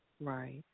Right